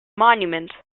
monument